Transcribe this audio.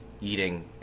eating